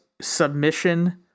Submission